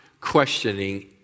questioning